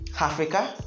Africa